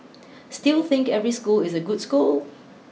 still think every school is a good school